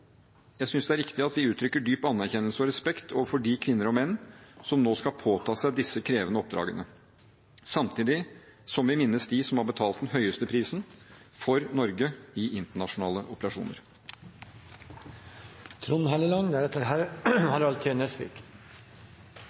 Jeg synes det er riktig at vi uttrykker dyp anerkjennelse og respekt for de kvinner og menn som nå skal påta seg disse krevende oppdragene, samtidig som vi minnes dem som har betalt den høyeste prisen for Norge i internasjonale operasjoner.